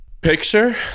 Picture